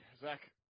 Zach